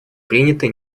приняты